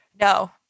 no